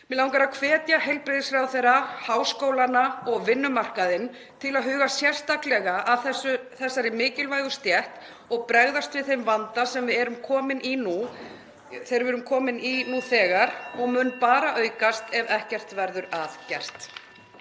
Mig langar að hvetja heilbrigðisráðherra, háskólana og vinnumarkaðinn til að huga sérstaklega að þessari mikilvægu stétt og bregðast við þeim vanda sem við erum komin í nú þegar og mun bara aukast ef ekkert verður að gert.